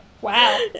Wow